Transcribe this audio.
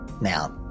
Now